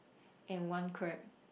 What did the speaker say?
and one crab